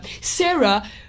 Sarah